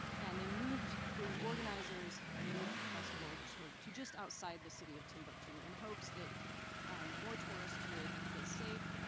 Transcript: and they moved, the organizers moved the festival to to just outside the city of timbuktu in hopes that more tourists would feel safe.